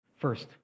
first